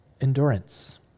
endurance